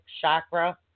chakra